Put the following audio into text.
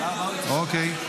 נגד, אוקיי.